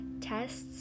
tests